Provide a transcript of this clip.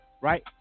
right